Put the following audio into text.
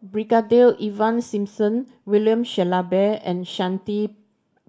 Brigadier Ivan Simson William Shellabear and Shanti